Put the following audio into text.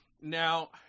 Now